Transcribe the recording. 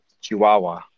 Chihuahua